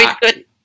good